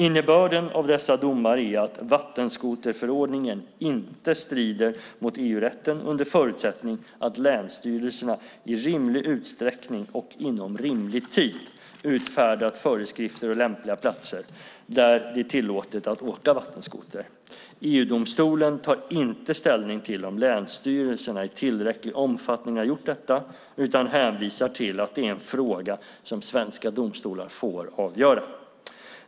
Innebörden av dessa domar är att vattenskoterförordningen inte strider mot EU-rätten under förutsättning att länsstyrelserna i rimlig utsträckning och inom rimlig tid utfärdat föreskrifter om lämpliga platser där det är tillåtet att åka vattenskoter. EU-domstolen tar inte ställning till om länsstyrelserna i tillräcklig omfattning har gjort detta utan hänvisar till att det är en fråga som svenska domstolar får avgöra.